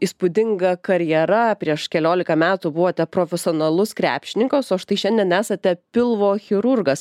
įspūdinga karjera prieš keliolika metų buvote profesionalus krepšininkas o štai šiandien esate pilvo chirurgas